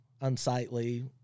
unsightly